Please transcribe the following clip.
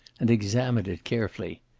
and examined it carefully.